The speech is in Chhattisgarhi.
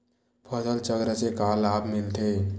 फसल चक्र से का लाभ मिलथे?